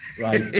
right